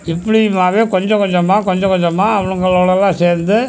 இப்படியுமாவே கொஞ்சம் கொஞ்சமாக கொஞ்சம் கொஞ்சமாக அவனுங்களோடெல்லாம் சேர்ந்து